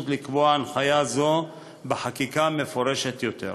לקבוע הנחיה זו בחקיקה בצורה מפורשת יותר.